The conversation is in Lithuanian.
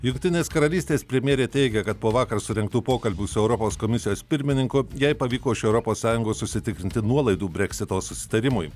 jungtinės karalystės premjerė teigia kad po vakar surinktų pokalbių su europos komisijos pirmininku jai pavyko iš europos sąjungos užsitikrinti nuolaidų breksito susitarimui